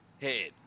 head